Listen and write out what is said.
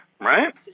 right